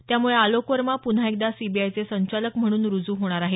त्यामुळे आलोक वर्मा पुन्हा एकदा सीबीआयचे संचालक म्हणून रुजू होणार आहे